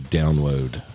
download